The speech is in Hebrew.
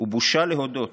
"ובושה להודות